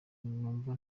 numva